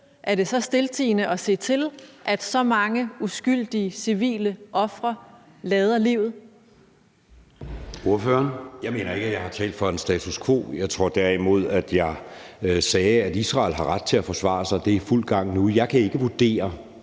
rigtige så stiltiende at se på, at så mange uskyldige civile må lade livet?